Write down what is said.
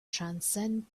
transcend